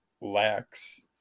lacks